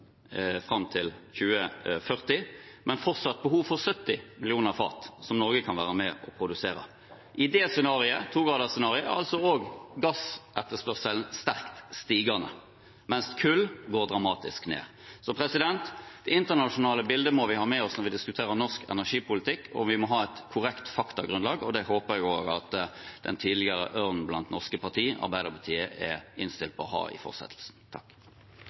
fram til 2040, men fortsatt behov for 70 millioner fat, som Norge kan være med på å produsere. I det 2-graderscenarioet er også gassetterspørselen sterkt stigende, mens etterspørselen etter kull går dramatisk ned. Det internasjonale bildet må vi ha med oss når vi diskuterer norsk energipolitikk, og vi må ha et korrekt faktagrunnlag. Det håper jeg også at den tidligere ørnen blant norske partier, Arbeiderpartiet, er innstilt på å ha i fortsettelsen.